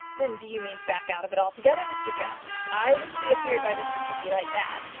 then do you mean to back out of it altogether, mr jones? i wouldn't be afeared by mr cheekey like that!